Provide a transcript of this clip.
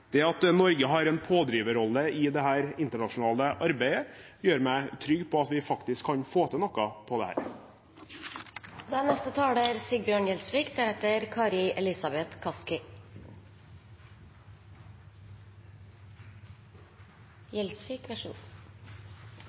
Det at Norge har en pådriverrolle i dette internasjonale arbeidet, gjør meg trygg på at vi faktisk kan få til noe på